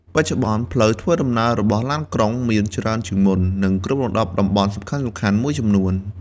បច្ចុប្បន្ន ផ្លូវធ្វើដំណើររបស់ឡានក្រុងមានច្រើនជាងមុន និងគ្របដណ្តប់តំបន់សំខាន់ៗមួយចំនួន។